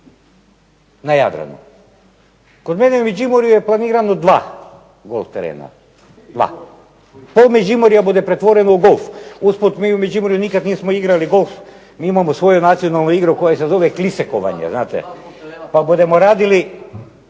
na Jadranu. Kod mene u Međimurju je planirano 2 golf terena, 2. Pola Međimurja bude pretvoreno u golf. Usput, mi u Međimurju nikad nismo igrali golf, mi imamo svoju nacionalnu igru koja se zove klisekovanje znate pa budemo radili